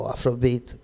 Afrobeat